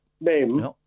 name